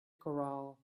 corral